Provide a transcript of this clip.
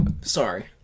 sorry